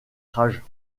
rage